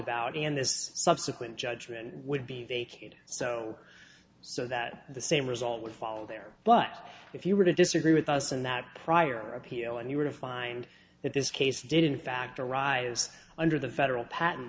about and this subsequent judgment would be vacated so so that the same result would follow there but if you were to disagree with us in that prior appeal and you were to find that this case did in fact arise under the federal pat